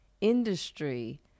industry